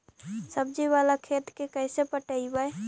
सब्जी बाला खेत के कैसे पटइबै?